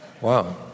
Wow